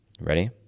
Ready